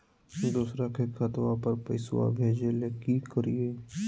दोसर के खतवा पर पैसवा भेजे ले कि करिए?